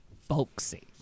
folksy